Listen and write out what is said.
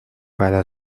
para